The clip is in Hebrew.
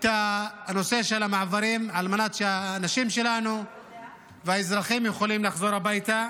הנושא של המעברים על מנת שהאנשים שלנו והאזרחים יוכלו לחזור הביתה.